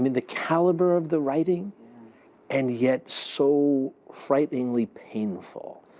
the caliber of the writing and yet so frighteningly painful.